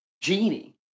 genie